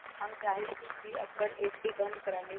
हम चाहई छी कि अपन एफ.डी बंद करा लिउ